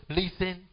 listen